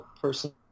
person